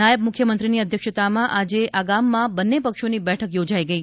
નાયબ મુખ્યમંત્રીની અધ્યક્ષતામાં આજે લ્હોર ગામમાં બંને પક્ષોની બેઠક યોજાઇ ગઈ